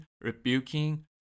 rebuking